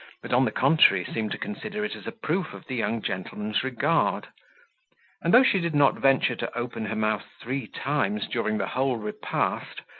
but, on the contrary, seemed to consider it as a proof of the young gentleman's regard and though she did not venture to open her mouth three times during the whole repast,